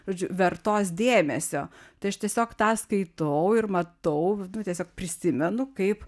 žodžiu vertos dėmesio tai aš tiesiog tą skaitau ir matau nu tiesiog prisimenu kaip